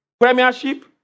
Premiership